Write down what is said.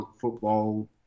football